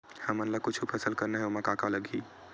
हमन ला कुछु फसल करना हे ओमा का का लगही?